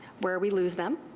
where we lose them.